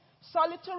solitary